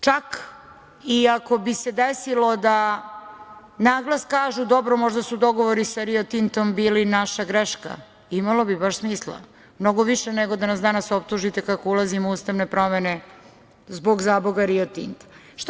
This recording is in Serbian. Čak i ako bi se desilo da na glas kažu – dobro, možda su dogovori sa Rio Tintom bili naša greška, imalo bi baš smisla mnogo više nego da nas danas optužite kako ulazimo u ustavne promene zbog, zaboga, Rio Tinta.